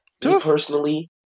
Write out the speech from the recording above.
personally